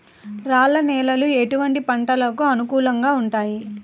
రాళ్ల నేలలు ఎటువంటి పంటలకు అనుకూలంగా ఉంటాయి?